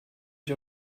ich